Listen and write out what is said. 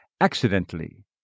accidentally